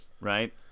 Right